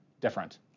different